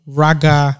raga